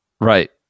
right